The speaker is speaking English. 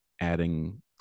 adding